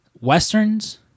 westerns